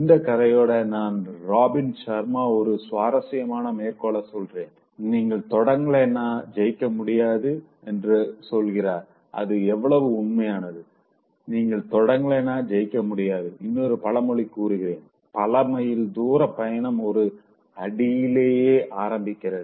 இந்த கதையோட நான் ராபின் ஷர்மாவின் ஒரு சுவாரசியமான மேற்கோள சொல்றேன் நீங்கள் தொடங்கலன ஜெயிக்க முடியாதுyou cant win if you dont begin என்று சொல்கிறார் அது எவ்வளவு உண்மையானது நீங்கள் தொடங்கலன ஜெயிக்க முடியாது இன்னொரு பழமொழி கூறுகிறேன் பல மையில் தூர பயணம் ஒரு அடியிலே ஆரம்பிக்கிறது